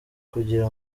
kugira